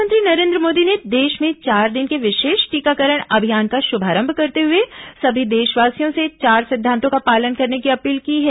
प्रधानमंत्री नरेन्द्र मोदी ने देश में चार दिन के विशेष टीकाकरण अभियान का शुभारंभ करते हुए सभी देशवासियों से चार सिद्धांतों का पालन करने की अपील की है